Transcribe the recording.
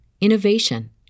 innovation